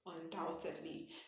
Undoubtedly